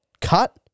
cut